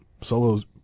Solo's